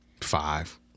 Five